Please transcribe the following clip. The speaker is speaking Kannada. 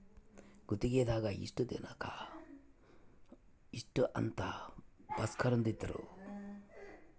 ಗುತ್ತಿಗೆ ದಾಗ ಇಷ್ಟ ದಿನಕ ಇಷ್ಟ ಅಂತ ಬರ್ಸ್ಕೊಂದಿರ್ತರ